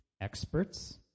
experts